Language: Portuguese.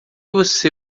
você